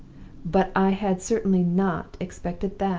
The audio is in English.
but i had certainly not expected that.